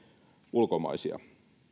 ulkomaisia